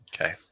Okay